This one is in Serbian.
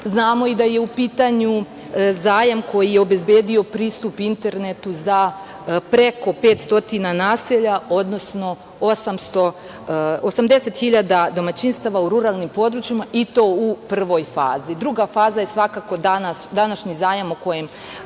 Znamo i da je u pitanju zajam koji je obezbedio pristup internetu za preko 500 naselja, odnosno 80.000 domaćinstava u ruralnim područjima i to u prvoj fazi. Druga faza je svakako današnji zajam o kojem